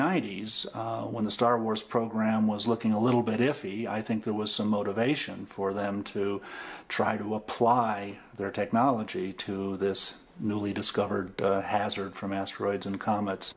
ninety's when the star wars program was looking a little bit iffy i think there was some motivation for them to try to apply their technology to this newly discovered hazard from asteroids and comets